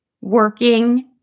working